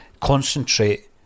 concentrate